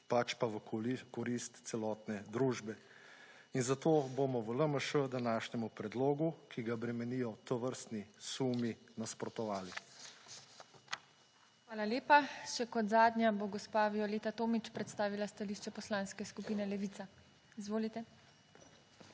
pač pa v korist celotne družbe in zato bomo v LMŠ današnjem predlogu, ki ga bremenijo tovrstni sumi, nasprotovali. **PODPREDSEDNICA TINA HEFERLE:** Hvala lepa. Še kot zadnja bo gospa Violeta Tomić predstavila stališče Poslanske skupine Levica. Izvolite.